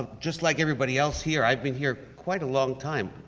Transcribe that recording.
just like everybody else here, i've been here quite a long time.